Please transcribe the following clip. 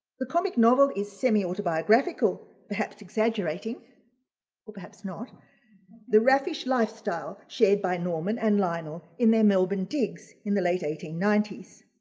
the comic novel is semi autobiographical, perhaps exaggerating or perhaps not the raffish lifestyle shared by norman and lionel in their melbourne digs in the late eighteen ninety s.